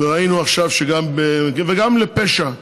וגם לפשע.